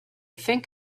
think